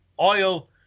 oil